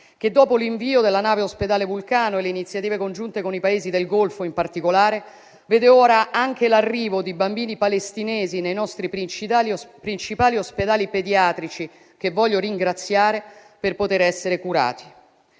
che, dopo l'invio della nave ospedale Vulcano e le iniziative congiunte con i Paesi del Golfo in particolare, vede ora anche l'arrivo di bambini palestinesi nei nostri principali ospedali pediatrici - che voglio ringraziare - per poter essere curati.